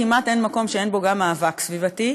כמעט אין מקום שאין בו גם מאבק סביבתי.